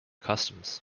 customs